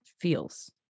Feels